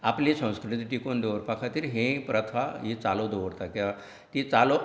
आपली संस्कृती टिकोवन दवरपा खातीर हे प्रथा ही चालू दवरता कित्याक ती चालू